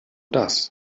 das